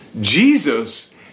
Jesus